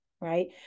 Right